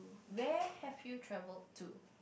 where have you travelled to